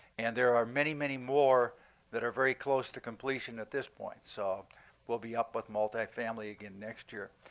and there are many, many more that are very close to completion at this point. so we'll be up with multi-family again next year.